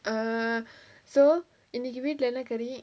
err so இன்னைக்கு வீட்ல என்ன:innaikku veetla enna curry